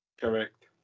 Correct